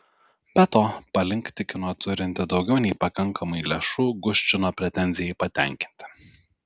be to palink tikino turinti daugiau nei pakankamai lėšų guščino pretenzijai patenkinti